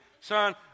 Son